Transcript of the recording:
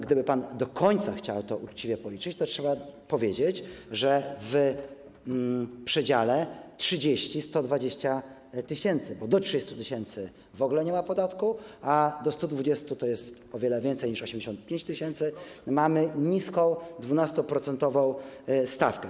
Gdyby pan do końca chciał to uczciwie policzyć, to trzeba powiedzieć, że w przedziale 30-120 tys., bo do 30 tys. w ogóle nie ma podatku, a do 120 tys., co stanowi o wiele więcej niż 85 tys., mamy niską, 12-procentową stawkę.